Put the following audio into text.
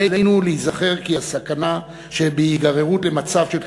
עלינו להיזכר כי הסכנה שבהיגררות למצב של